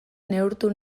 neurtu